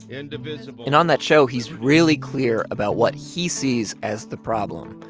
indivisible. and on that show, he's really clear about what he sees as the problem.